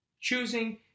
Choosing